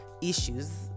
issues